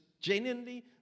genuinely